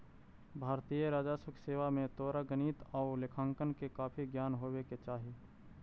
भारतीय राजस्व सेवा में तोरा गणित आउ लेखांकन के काफी ज्ञान होवे के चाहि